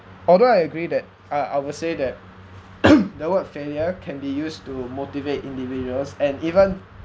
although I agree that uh I would say that the word failure can be used to motivate individuals and even